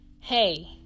hey